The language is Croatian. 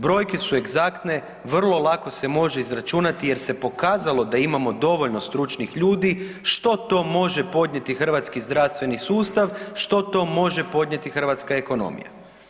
Brojke su egzaktne, vrlo lako se može izračunati jer se pokazalo da imamo dovoljno stručnih ljudi što to može podnijeti hrvatski zdravstveni sustav, što to može podnijeti hrvatska ekonomija.